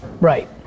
Right